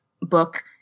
book